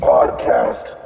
Podcast